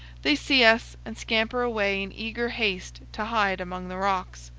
they see us, and scamper away in eager haste to hide among the rocks.